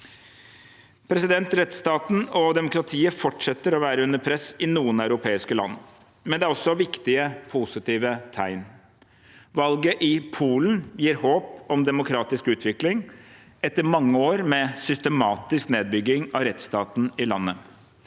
Rettstaten og demokratiet fortsetter å være under press i noen europeiske land, men det er også viktige positive tegn. Valget i Polen gir håp om demokratisk utvikling etter mange år med systematisk nedbygging av rettsstaten i landet.